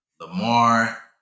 Lamar